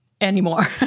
anymore